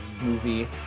movie